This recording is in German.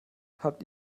habt